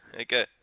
Okay